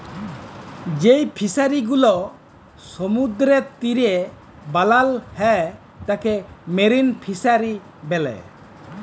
যেই ফিশারি গুলো সমুদ্রের তীরে বানাল হ্যয় তাকে মেরিন ফিসারী ব্যলে